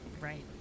right